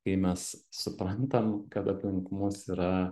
kai mes suprantam kad aplink mus yra